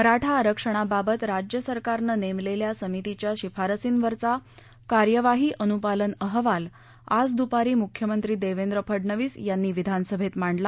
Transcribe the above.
मराठा आरक्षणाबाबत राज्य सरकारनं नेमलेल्या समितीच्या शिफारसींवरचा कार्यवाही अनुपालन अहवाल आज दुपारी मुख्यमंत्री देवेंद्र फडणवीस यांनी विधानसभेत मांडला